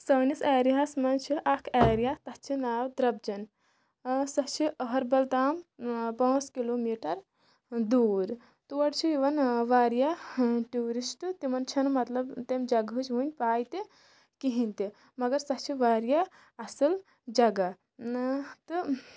سٲنِس ایریاہَس منٛز چھِ اَکھ ایریا تَتھ چھِ ناو درٛبجَن سۄ چھِ أہَربَل تام پانٛژھ کِلوٗ میٖٹَر دوٗر تورٕ چھِ یِوان واریاہ ٹوٗرِسٹ تِمَن چھَنہٕ مطلب تَمہِ جَگہٕچ وٕنۍ پَے تہِ کِہیٖنۍ تہِ مگر سۄ چھِ واریاہ اَصٕل جگہ نٲ تہٕ